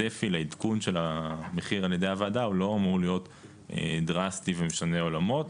הצפי לעדכון של המחיר על ידי הוועדה לא אמור להיות דראסטי ומשנה עולמות.